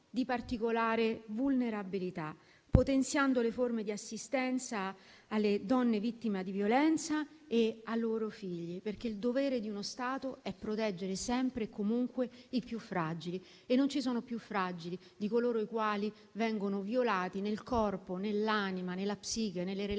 di particolare vulnerabilità, potenziando le forme di assistenza alle donne vittime di violenza e ai loro figli. Il dovere di uno Stato, infatti, è proteggere sempre e comunque i più fragili, e non ci sono individui più fragili di coloro i quali vengono violati nel corpo, nell'anima, nella psiche, nelle relazioni,